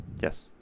Yes